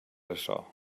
ressò